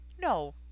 No